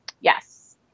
Yes